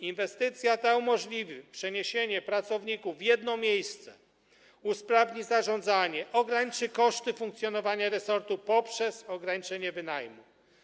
Inwestycja ta umożliwi przeniesienie pracowników w jedno miejsce, usprawni zarządzanie, ograniczy koszty funkcjonowania resortu poprzez ograniczenie wynajmu.